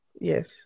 yes